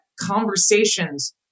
conversations